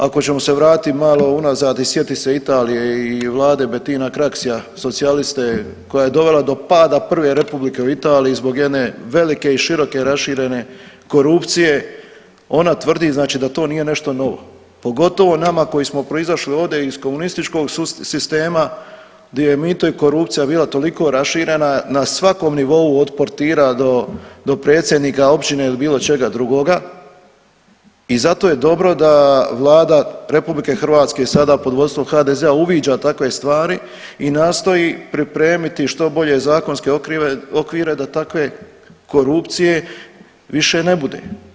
Ako ćemo se vratiti malo unazad i sjetit se Italije i vlade Bettina Craxia socijaliste koja je dovela do pada prve republike u Italiji zbog jedne velike i široke i raširene korupcije, ona tvrdi znači da to nije nešto novo pogotovo nama koji smo proizašli ovdje iz komunističkog sistema di je mito i korupcija bila toliko raširena na svakom nivou od portira do, do predsjednika općine ili bilo čega drugoga i zato je dobro da Vlada RH pod vodstvom HDZ-a uviđa takve stvari i nastoji pripremiti što bolje zakonske okvire da takve korupcije više ne bude.